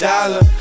Dollar